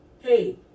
Hey